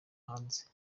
hanze